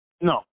No